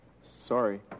Sorry